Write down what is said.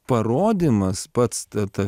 parodymas pats ta ta